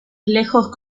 lejos